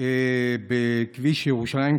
בכביש בירושלים,